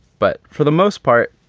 but for the most part,